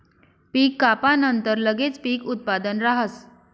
पीक कापानंतर लगेच पीक उत्पादन राहस